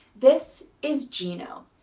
this is gino.